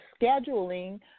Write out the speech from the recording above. scheduling